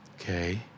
Okay